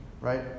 Right